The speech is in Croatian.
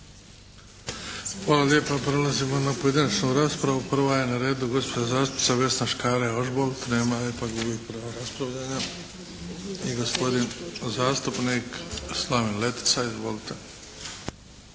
Hvala lijepa. Prelazimo na pojedinačnu raspravu. Prva je na redu gospođa zastupnica Vesna Škare Ožbolt. Nema je, pa gubi pravo raspravljanja. I gospodin zastupnik Slaven Letica. Izvolite!